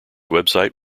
website